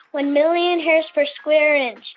one million hairs per square and and